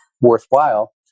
worthwhile